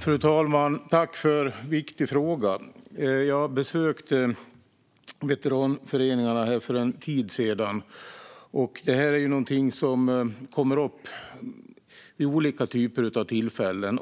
Fru talman! Jag tackar för en viktig fråga. För en tid sedan besökte jag veteranföreningarna, och det här är något som kommer upp vid olika tillfällen.